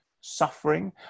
suffering